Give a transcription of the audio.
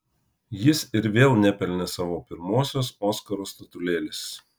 jis ir vėl nepelnė savo pirmosios oskaro statulėlės